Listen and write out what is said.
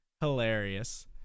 Hilarious